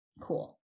Cool